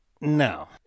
no